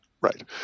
Right